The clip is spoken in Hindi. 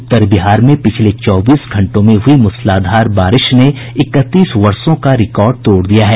उत्तर बिहार में पिछले चौबीस घंटों में हुई मूसलाधार बारिश ने इकतीस वर्षों का रिकॉर्ड तोड़ दिया है